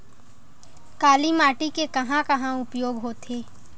काली माटी के कहां कहा उपयोग होथे?